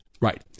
Right